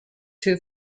two